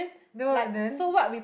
that one then